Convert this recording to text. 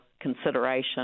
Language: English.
consideration